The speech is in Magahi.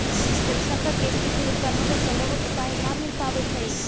जल संकट के स्थिति उत्पन्न होवे से लोग के पानी न मिल पावित हई